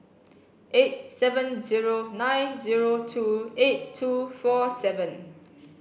eight seven zero nine zero two eight two four seven